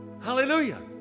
Hallelujah